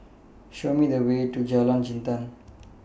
Show Me The Way to Jalan Jintan